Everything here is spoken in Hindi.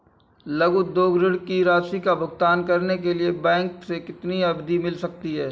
लघु उद्योग ऋण की राशि का भुगतान करने के लिए बैंक से कितनी अवधि मिल सकती है?